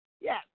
Yes